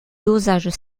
dosages